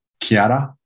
Kiara